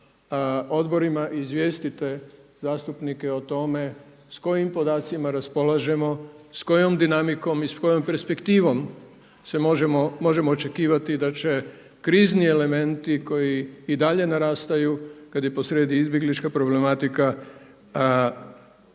odborima izvijestite zastupnike o tome s kojim podacima raspolažemo, s kojom dinamikom i s kojom perspektivom možemo očekivati da će krizni elementi koji i dalje narastaju kada je posrijedi izbjeglička problematika ponovno